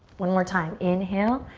one more time, inhale.